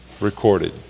recorded